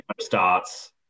starts